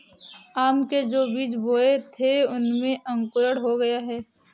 आम के जो बीज बोए थे उनमें अंकुरण हो गया है